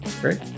Great